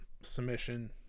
submission